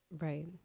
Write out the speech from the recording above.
right